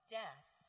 death